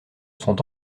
sont